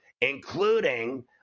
including